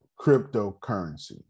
cryptocurrency